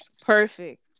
Perfect